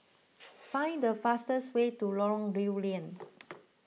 find the fastest way to Lorong Lew Lian